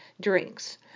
drinks